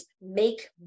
make